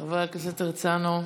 חבר הכנסת הרצנו.